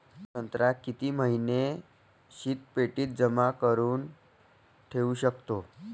संत्रा किती महिने शीतपेटीत जमा करुन ठेऊ शकतो?